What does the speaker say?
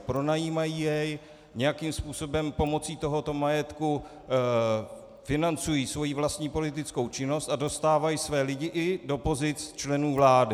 Pronajímají jej, nějakým způsobem pomocí tohoto majetku financují svou vlastní politickou činnost a dostávají své lidi i do pozic členů vlády.